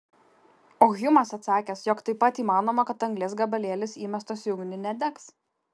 o hjumas atsakęs jog taip pat įmanoma kad anglies gabalėlis įmestas į ugnį nedegs